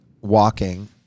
walking